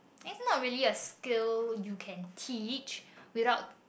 and not really a skill you can teach without